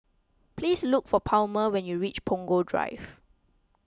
please look for Palmer when you reach Punggol Drive